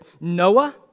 Noah